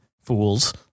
fools